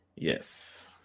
Yes